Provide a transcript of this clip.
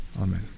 Amen